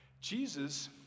Jesus